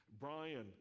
brian